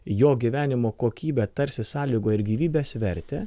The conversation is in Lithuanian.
jo gyvenimo kokybę tarsi sąlygoja ir gyvybės vertę